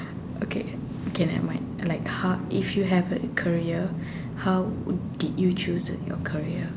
okay okay never mind like how if you have a career how did you choose your career